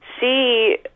see